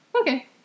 Okay